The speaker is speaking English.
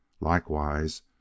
Likewise